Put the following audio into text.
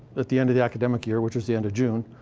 at the end of the academic year, which is the end of june,